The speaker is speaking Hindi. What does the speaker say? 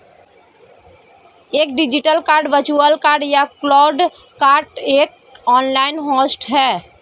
एक डिजिटल कार्ड वर्चुअल कार्ड या क्लाउड कार्ड एक ऑनलाइन होस्ट है